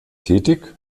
tätig